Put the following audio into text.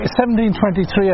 1723